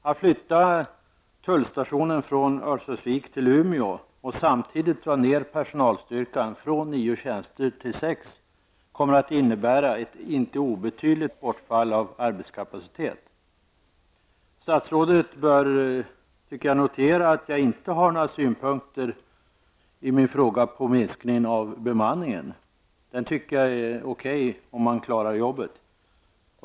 Att flytta tullstationen från Örnsköldsvik till Umeå och samtidigt dra ner personalstyrkan från nio tjänster till sex, kommer att innebära ett inte obetydligt bortfall av arbetskapacitet. Statsrådet bör notera att jag i min interpellation inte har några synpunkter på minskningen av bemanningen. Den tycker jag är okey, om man klarar jobbet.